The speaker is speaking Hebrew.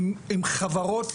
עם חברות